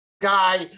guy